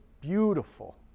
beautiful